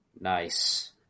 Nice